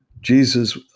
Jesus